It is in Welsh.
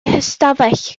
hystafell